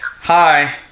hi